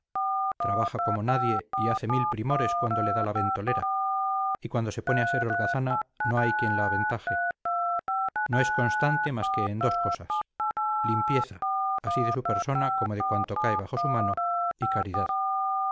trabaja como nadie y hace mil primores cuando le da la ventolera y cuando se pone a ser holgazana no hay quien la aventaje no es constante más que en dos cosas limpieza así de su persona como de cuanto cae bajo su mano y caridad